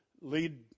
lead